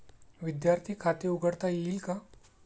विद्यार्थी खाते उघडता येईल का?